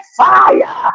fire